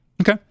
Okay